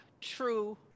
true